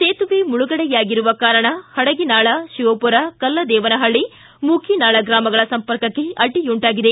ಸೇತುವೆ ಮುಳುಗಡೆಯಾಗಿರುವ ಕಾರಣ ಹಡಗಿನಾಳ ಶಿವಪುರ ಕಲ್ಲದೇವನಹಳ್ಳಿ ಮೂಕಿನಾಳ ಗ್ರಾಮಗಳ ಸಂಪರ್ಕಕ್ಕೆ ಅಡ್ಡಿಯುಂಟಾಗಿದೆ